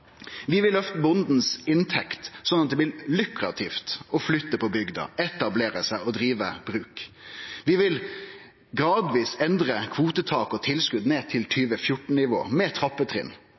Vi vil løfte bondens inntekt, sånn at det blir lukrativt å flytte på bygda, etablere seg og drive bruk. Vi vil gradvis endre kvotetak og tilskot ned til 2014-nivå, med trappetrinn,